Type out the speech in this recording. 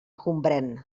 gombrèn